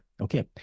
Okay